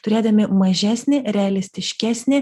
turėdami mažesnį realistiškesnį